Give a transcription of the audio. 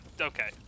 Okay